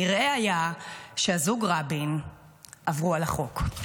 נראה היה שהזוג רבין עברו על החוק.